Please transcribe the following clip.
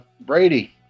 brady